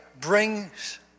brings